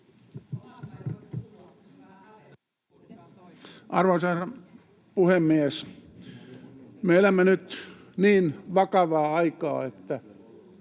Arvoisa herra puhemies! Me elämme nyt niin vakavaa aikaa, että